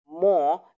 more